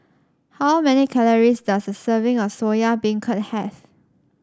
how many calories does a serving of Soya Beancurd have